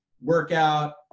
workout